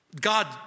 God